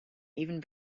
even